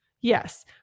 Yes